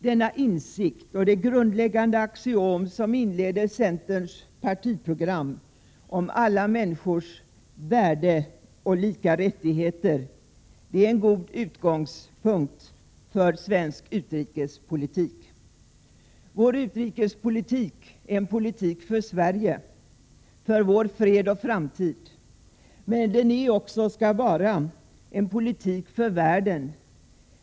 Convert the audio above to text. Denna insikt och det grundläggande axiom som inleder centerns partiprogram om alla människors värde och lika rättigheter är en god utgångspunkt för svensk utrikespolitik. Vår utrikespolitik är en politik för Sverige, för vår fred och framtid. Men den skall också vara en politik för världen.